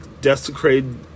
desecrated